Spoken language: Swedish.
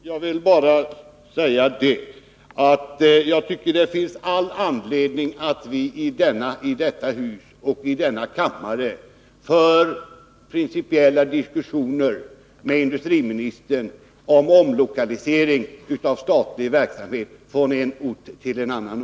Herr talman! Jag vill bara säga att jag tycker att det finns all anledning att vi i detta hus och denna kammare för principiella diskussioner med industriministern om omlokalisering av statlig verksamhet från en ort till en annan.